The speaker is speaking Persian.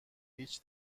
هیچ